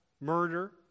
murder